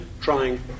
trying